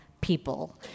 people